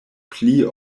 pli